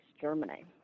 Germany